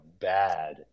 bad